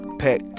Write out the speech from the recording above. pack